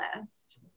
list